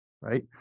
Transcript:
right